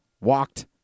walked